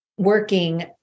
working